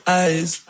eyes